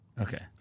Okay